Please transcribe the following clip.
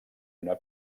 una